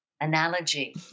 analogy